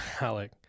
Alec